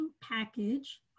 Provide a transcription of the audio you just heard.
package